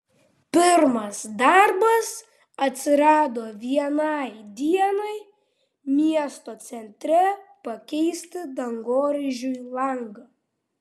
pirmas darbas atsirado vienai dienai miesto centre pakeisti dangoraižiui langą